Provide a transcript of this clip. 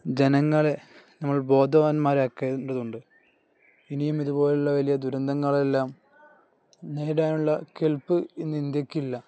ജനങ്ങളെ നമ്മൾ ബോധവാന്മാരാക്കേണ്ടതുണ്ട് ഇനിയും ഇതുപോലുള്ള വലിയ ദുരന്തങ്ങളെല്ലാം നേടാനുള്ള കെല്പ്പ് ഇന്ന് ഇന്ത്യക്കില്ല